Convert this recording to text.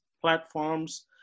platforms